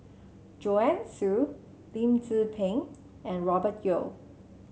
Joanne Soo Lim Tze Peng and Robert Yeo